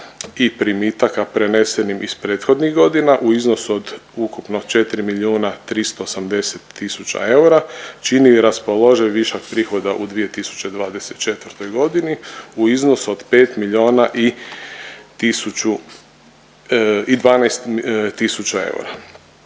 i primitaka prenesenim iz prethodnih godina u iznosu od ukupno 4 milijuna 380 tisuća eura čini raspoloživi višak prihoda u 2024.g. u iznosu od 5 miliona